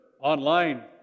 online